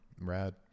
rad